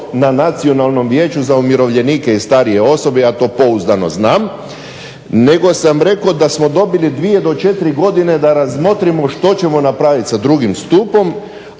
na Nacionalnom vijeću za umirovljenike i starije osobe, ja to pouzdano znam, nego sam rekao da smo dobili 2 do 4 godine da razmotrimo što ćemo napraviti sa 2. stupom,